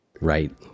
Right